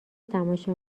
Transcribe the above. تماشا